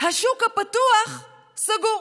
השוק הפתוח סגור.